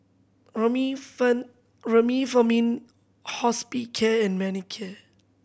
Remifemin Hospicare and Manicare